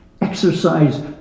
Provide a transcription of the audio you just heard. exercise